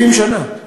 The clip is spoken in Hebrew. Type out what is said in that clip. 70 שנה,